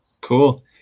Cool